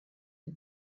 had